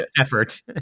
effort